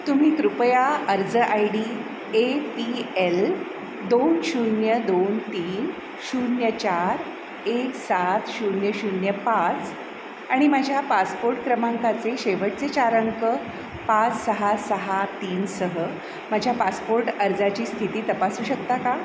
तुम्ही कृपया अर्ज I D A P L दोन शून्य दोन तीन शून्य चार एक सात शून्य शून्य पाच आणि माझ्या पासपोर्ट क्रमांकाचे शेवटचे चार अंक पाच सहा सहा तीनसह माझ्या पासपोर्ट अर्जाची स्थिती तपासू शकता का